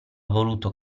voluto